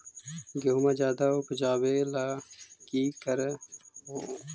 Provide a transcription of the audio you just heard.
गेहुमा ज्यादा उपजाबे ला की कर हो?